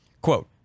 Quote